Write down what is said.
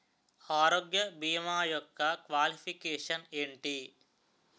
ఆరోగ్య భీమా యెక్క క్వాలిఫికేషన్ ఎంటి?